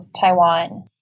Taiwan